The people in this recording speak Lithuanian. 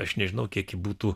aš nežinau kiek ji būtų